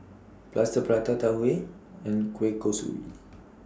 Plaster Prata Tau Huay and Kueh Kosui